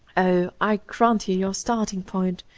oh, i grant you your starting-point,